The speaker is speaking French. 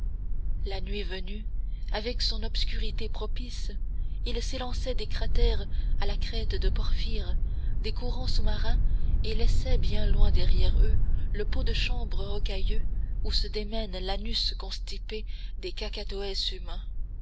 la nuit venue avec son obscurité propice ils s'élançaient des cratères à la crête de porphyre des courants sous-marins et laissaient bien loin derrière eux le pot de chambre rocailleux où se démène l'anus constipé des kakatoès humains